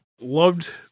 Loved